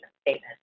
statement